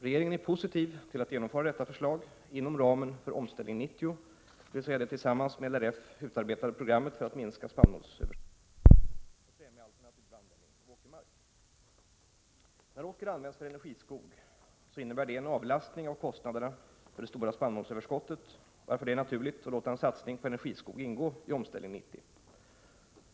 Regeringen är positiv till att genomföra detta förslag inom ramen för Omställning 90, dvs. det tillsammans med LRF utarbetade programmet för att minska spannmålsöverskottet och främja alternativ användning av åkermark. När åker används för energiskog innebär det en avlastning av kostnaderna för det stora spannmålsöverskottet, varför det är naturligt att låta en satsning på energiskog ingå i Omställning 90.